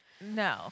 no